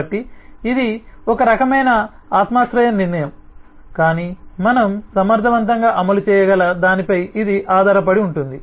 కాబట్టి ఇది ఒక రకమైన ఆత్మాశ్రయ నిర్ణయం కానీ మనం సమర్థవంతంగా అమలు చేయగల దానిపై ఇది ఆధారపడి ఉంటుంది